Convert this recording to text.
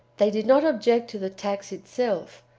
they did not object to the tax itself,